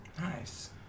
Nice